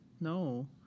no